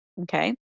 Okay